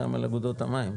גם על אגודות המים.